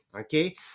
okay